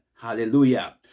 Hallelujah